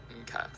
okay